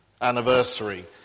anniversary